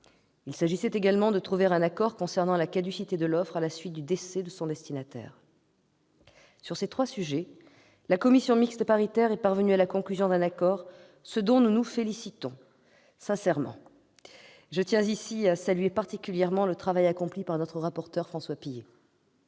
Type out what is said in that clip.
Il s'agissait également de trouver un accord concernant la caducité de l'offre à la suite du décès de son destinataire. Sur ces trois sujets, la commission mixte paritaire est parvenue à la conclusion d'un accord, ce dont nous nous félicitons sincèrement. Je tiens ici à saluer particulièrement le travail accompli par notre rapporteur, François Pillet.